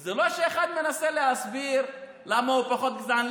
וזה לא שאחד מנסה להסביר למה הוא פחות גזען.